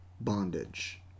bondage